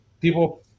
People